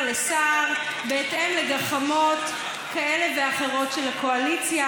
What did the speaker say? לשר בהתאם לגחמות כאלה ואחרות של הקואליציה: